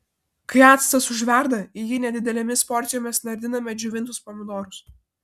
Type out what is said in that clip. kai actas užverda į jį nedidelėmis porcijomis nardiname džiovintus pomidorus